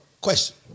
question